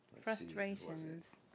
frustrations